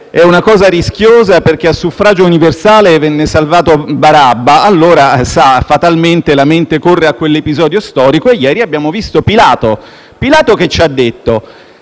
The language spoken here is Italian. è una cosa rischiosa, perché a suffragio universale venne salvato Barabba, allora fatalmente la mente corre a quell'episodio storico. E ieri abbiamo visto Pilato. Ieri Pilato cosa ci ha detto: